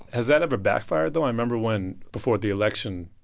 has that ever backfired, though? i remember when, before the election,